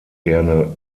gerne